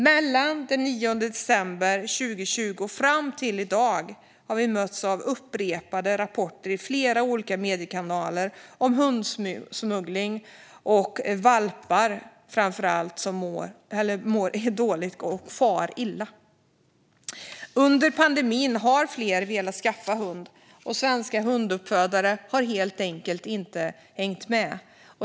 Från den 9 december 2020 och fram till i dag har vi mötts av upprepade rapporter i flera olika mediekanaler om hundsmuggling och framför allt om valpar som mår dåligt och far illa. Under pandemin har fler velat skaffa hund, och svenska hunduppfödare har helt enkelt inte hängt med.